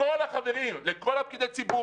הנחיה כללית נשארת כללית ולא הופכת לאכיפה.